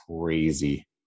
crazy